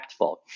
impactful